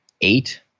Eight